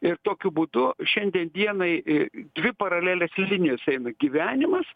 ir tokiu būdu šiandien dienai i dvi paralelės linijos eina gyvenimas